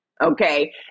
okay